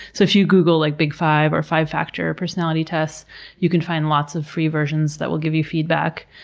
so if you google like big five or five factor personality tests you can find lots of free versions that will give you feedback.